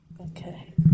Okay